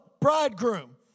bridegroom